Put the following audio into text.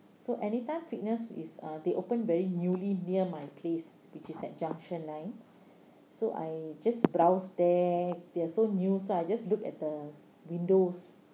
so anytime fitness is uh they open very newly near my place which is at junction nine so I just browse there they are so new so I just look at the windows